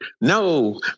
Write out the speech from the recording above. no